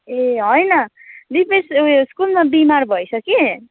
ए होइन दिपेस उयो स्कुलमा बिमार भएछ कि